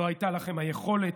לא הייתה לכם היכולת.